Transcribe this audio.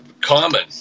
common